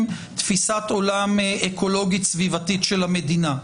תפיסת עולם אקולוגית סביבתית של המדינה,